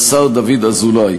לשר דוד אזולאי.